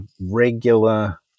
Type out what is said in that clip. regular